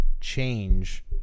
change